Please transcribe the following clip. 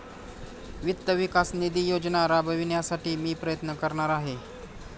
वित्त विकास निधी योजना राबविण्यासाठी मी प्रयत्न करणार आहे